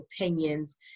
opinions